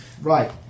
right